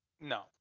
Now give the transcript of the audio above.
No